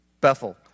Bethel